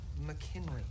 McKinley